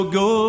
go